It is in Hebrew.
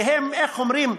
והם, איך אומרים,